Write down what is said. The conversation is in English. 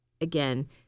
again